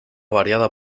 variada